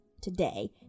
today